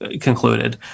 concluded